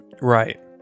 Right